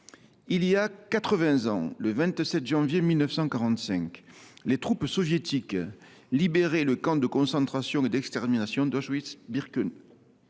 vingts ans, le 27 janvier 1945, les troupes soviétiques libéraient le camp de concentration et d’extermination d’Auschwitz Birkenau,